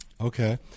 Okay